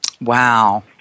Wow